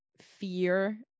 fear